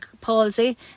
palsy